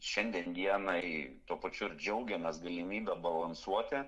šiandien dienai tuo pačiu ir džiaugiamės galimybe balansuoti